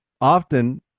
often